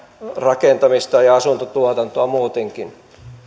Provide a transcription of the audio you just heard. rakentamista ja asuntotuotantoa muutenkin